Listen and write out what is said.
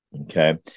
okay